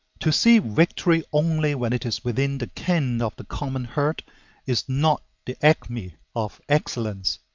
to see victory only when it is within the ken of the common herd is not the acme of excellence.